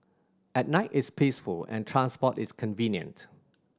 at night it's peaceful and transport is convenient